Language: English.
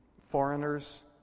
foreigners